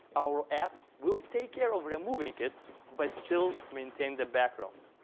our app will take care of removing it but still maintain the background.